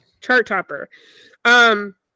Chart-topper